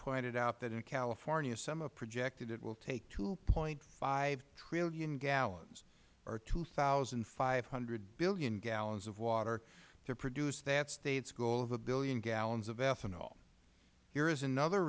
pointed out that in california some have projected it will take two point five trillion gallons or two thousand five hundred billion gallons of water to produce that state's goal of a billion gallons of ethanol here is another